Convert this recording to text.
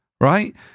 right